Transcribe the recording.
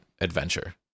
adventure